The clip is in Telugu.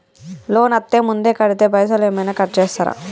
లోన్ అత్తే ముందే కడితే పైసలు ఏమైనా కట్ చేస్తరా?